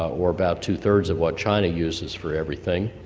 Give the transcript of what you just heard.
or about two three of what china uses for everything.